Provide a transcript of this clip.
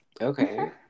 okay